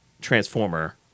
Transformer